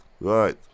Right